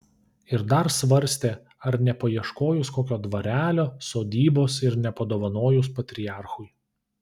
ir dar svarstė ar nepaieškojus kokio dvarelio sodybos ir nepadovanojus patriarchui